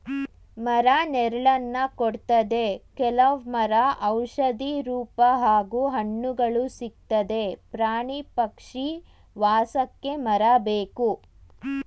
ಮರ ನೆರಳನ್ನ ಕೊಡ್ತದೆ ಕೆಲವ್ ಮರ ಔಷಧಿ ರೂಪ ಹಾಗೂ ಹಣ್ಣುಗಳು ಸಿಕ್ತದೆ ಪ್ರಾಣಿ ಪಕ್ಷಿ ವಾಸಕ್ಕೆ ಮರ ಬೇಕು